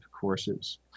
courses